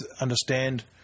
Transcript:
understand